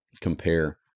compare